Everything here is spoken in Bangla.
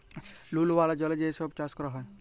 লুল ওয়ালা জলে যে ছব চাষ ক্যরা হ্যয়